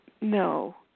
No